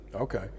Okay